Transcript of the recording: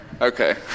Okay